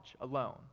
alone